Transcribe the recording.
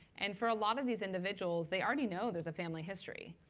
and for a lot of these individuals, they already know there's a family history.